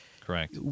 Correct